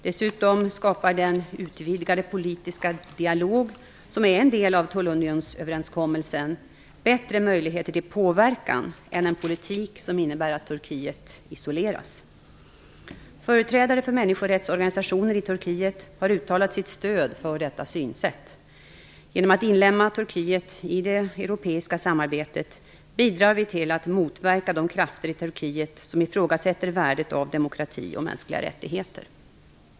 Dessutom skapar den utvidgade politiska dialog som är en del av tullunionsöverenskommelsen bättre möjligheter till påverkan än en politik som innebär att Turkiet isoleras. Företrädare för människorättsorganisationer i Turkiet har uttalat sitt stöd för detta synsätt. Genom att inlemma Turkiet i det europeiska samarbetet bidrar vi till att motverka de krafter i Turkiet som ifrågasätter värdet av demokrati och mänskliga rättigheter.